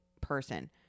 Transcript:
person